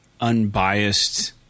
unbiased